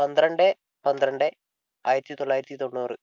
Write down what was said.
പന്ത്രണ്ട് പന്ത്രണ്ട് ആയിരത്തി തൊള്ളായിരത്തി തൊണ്ണൂറ്